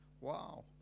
Wow